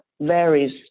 varies